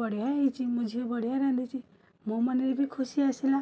ବଢ଼ିଆ ହେଇଛି ମୋ ଝିଅ ବଢ଼ିଆ ରାନ୍ଧିଛି ମୋ ମନରେ ବି ଖୁସି ଆସିଲା